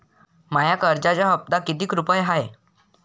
माया कर्जाचा हप्ता कितीक रुपये हाय?